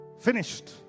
Finished